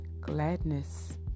gladness